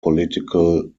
political